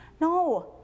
No